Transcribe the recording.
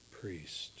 priest